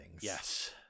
Yes